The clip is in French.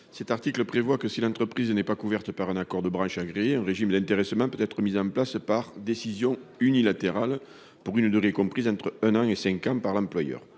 L'article 3 prévoit que, si l'entreprise n'est pas couverte par un accord de branche agréé, un régime d'intéressement peut être mis en place par décision unilatérale de l'employeur pour une durée comprise entre un an et cinq ans. Afin de